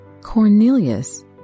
Cornelius